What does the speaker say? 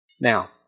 now